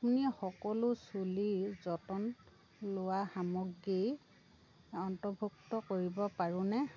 আপুনি সকলো চুলিৰ যতন লোৱা সামগ্ৰী অন্তৰ্ভুক্ত কৰিব পাৰোঁনে